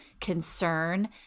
concern